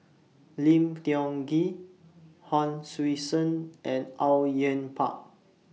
Lim Tiong Ghee Hon Sui Sen and Au Yue Pak